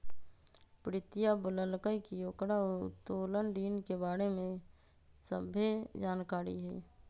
प्रीतिया बोललकई कि ओकरा उत्तोलन ऋण के बारे में सभ्भे जानकारी हई